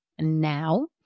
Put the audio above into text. now